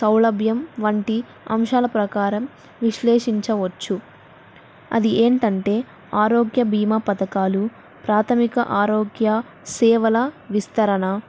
సౌలభ్యం వంటి అంశాల ప్రకారం విశ్లేషించవచ్చు అది ఏంటంటే ఆరోగ్య భీమా పథకాలు ప్రాథమిక ఆరోగ్య సేవల విస్తరణ